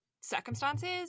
circumstances